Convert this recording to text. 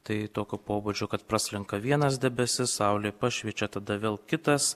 tai tokio pobūdžio kad praslenka vienas debesis saulė pašviečia tada vėl kitas